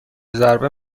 ضربه